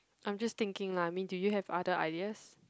I'm just thinking lah I mean do you have other ideas